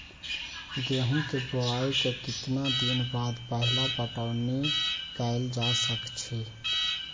गेंहू के बोआई के केतना दिन बाद पहिला पटौनी कैल जा सकैछि?